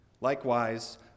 Likewise